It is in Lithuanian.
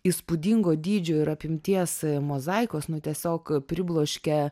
įspūdingo dydžio ir apimties mozaikos nu tiesiog pribloškia